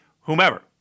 whomever